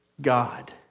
God